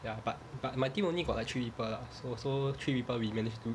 ya but but my team only got like three people lah so so three people we manage to